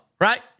right